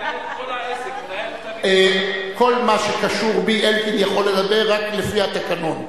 כל מה שקשור בי, אלקין יכול לדבר רק לפי התקנון.